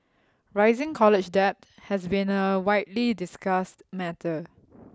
rising college debt has been a widely discussed matter